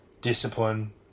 discipline